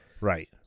Right